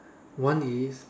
one is